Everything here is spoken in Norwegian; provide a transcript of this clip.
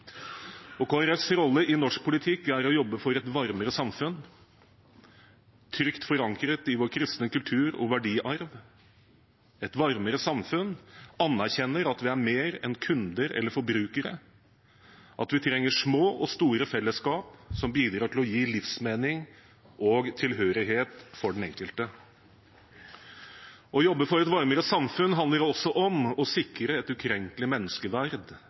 Kristelig Folkepartis rolle i norsk politikk er å jobbe for et varmere samfunn, trygt forankret i vår kristne kultur og verdiarv. Et varmere samfunn anerkjenner at vi er mer enn kunder eller forbrukere, at vi trenger små og store fellesskap som bidrar til å gi livsmening og tilhørighet for den enkelte. Å jobbe for et varmere samfunn handler også om å sikre et ukrenkelig menneskeverd